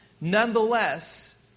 Nonetheless